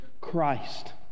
Christ